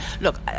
look